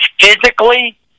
physically